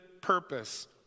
purpose